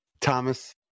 Thomas